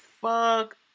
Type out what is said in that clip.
Fuck